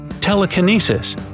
Telekinesis –